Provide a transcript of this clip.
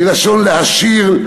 מלשון להשיל,